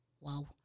Wow